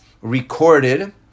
recorded